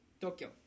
Tokyo